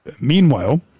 meanwhile